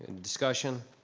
discussion,